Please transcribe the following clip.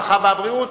הרווחה והבריאות